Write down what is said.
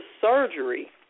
surgery